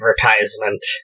Advertisement